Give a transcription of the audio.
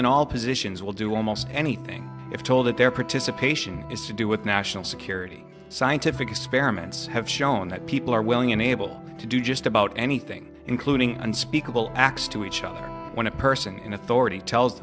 in all positions will do almost anything if told that their participation is to do with national security scientific experiments have shown that people are willing and able to do just about anything including unspeakable acts to each other when a person in authority tells